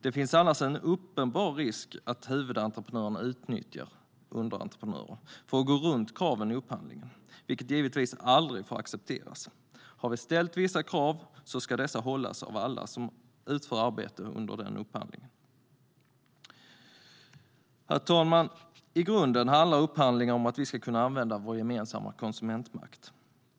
Det finns annars en uppenbar risk att huvudentreprenören utnyttjar underentreprenörer för att gå runt kraven i upphandlingen, vilket givetvis aldrig får accepteras. Har vi ställt vissa krav ska dessa hållas av alla som utför arbete under denna upphandling. Herr talman! I grunden handlar upphandlingar om att vi ska kunna använda vår gemensamma konsumentmakt.